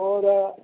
ਹੋਰ